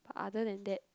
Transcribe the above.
other than that